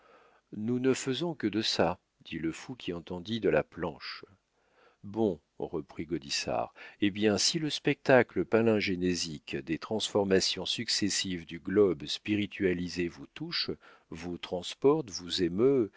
nous ne faisons que de ça dit le fou qui entendit de la planche bon reprit gaudissart eh bien si le spectacle palingénésique des transformations successives du globe spiritualisé vous touche vous transporte vous émeut